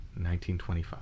1925